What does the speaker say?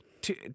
Two